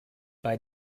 bei